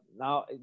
Now